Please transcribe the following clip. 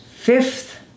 Fifth